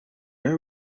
are